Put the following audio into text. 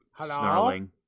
snarling